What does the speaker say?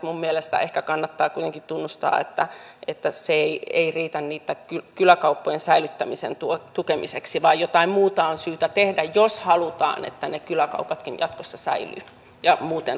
minun mielestäni ehkä kannattaa kuitenkin tunnustaa että se ei riitä niitten kyläkauppojen säilyttämisen tukemiseksi vaan jotain muuta on syytä tehdä jos halutaan että ne kyläkaupatkin jatkossa säilyvät ja muuten aukioloajat vapautetaan